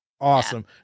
Awesome